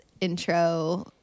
intro